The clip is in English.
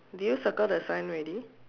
did you circle the sign already